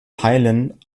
teilen